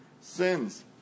sins